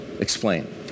Explain